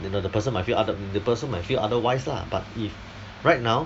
you know the person might feel ah the the person might feel otherwise lah but if right now